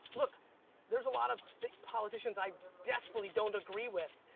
look there's a lot of politicians i desperately don't agree with,